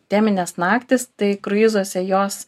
teminės naktys tai kruizuose jos